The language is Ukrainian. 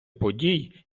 подій